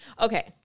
Okay